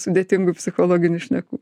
sudėtingų psichologinių šnekų